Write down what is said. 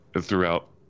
throughout